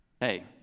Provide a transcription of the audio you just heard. Hey